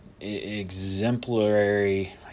exemplary